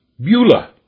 Beulah